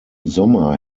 sommer